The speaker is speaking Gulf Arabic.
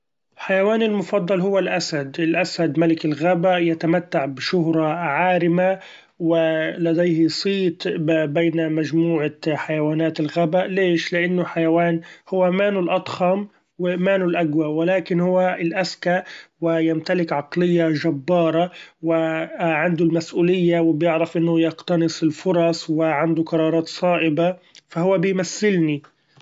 حيوإني المفضل هو الاسد الاسد ملك الغابة يتمتع بشهرة عارمة ولديه صيت بين مچموعة حيوأنات الغابة ليش لإنه حيوإن هو مإنه الاضخم ومإنه الاقوي ولكن هو الاذكى ويمتلك عقلية چبارة وعنده مسئولية وبيعرف إنه يقتنص الفرص وعنده قرارات صائبة ف هو بيمثلني